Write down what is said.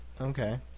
Okay